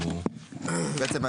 בעצם,